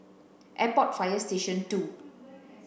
Airport Fire Station two